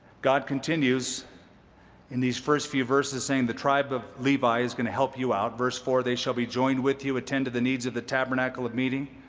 continues in these first few verses saying the tribe of levi is going to help you out. verse four, they shall be joined with you, attend to the needs of the tabernacle of meeting,